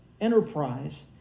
enterprise